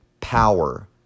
power